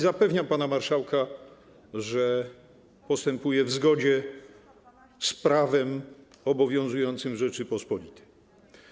Zapewniam pana marszałka, że postępuję w zgodzie z prawem obowiązującym w Rzeczypospolitej.